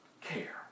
care